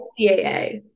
CAA